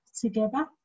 together